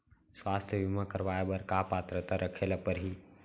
स्वास्थ्य बीमा करवाय बर का पात्रता रखे ल परही?